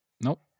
Nope